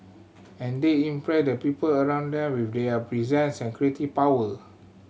and they impress the people around them with their presence and creative power